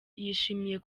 yishimiye